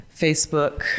Facebook